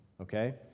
okay